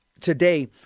today